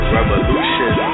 Revolution